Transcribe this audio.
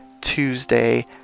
Tuesday